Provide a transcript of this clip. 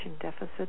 deficit